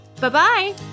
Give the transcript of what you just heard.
Bye-bye